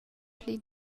pli